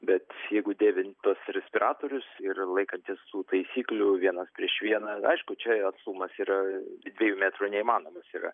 bet jeigu dėvint tuos respiratorius ir laikantis tų taisyklių vienas prieš vieną aišku čia atstumas yra dviejų metrų neįmanomas yra